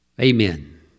Amen